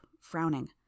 frowning